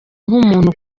nk’umuntu